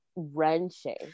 wrenching